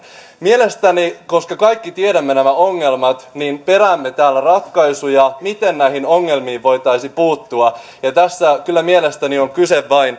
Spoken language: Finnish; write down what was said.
koska kaikki tiedämme nämä ongelmat niin peräämme täällä ratkaisuja miten näihin ongelmiin voitaisiin puuttua ja tässä kyllä mielestäni on kyse